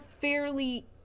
fairly